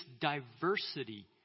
diversity